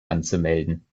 anzumelden